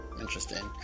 Interesting